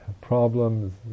problems